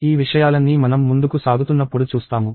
ఈ విషయాలన్నీ మనం ముందుకు సాగుతున్నప్పుడు చూస్తాము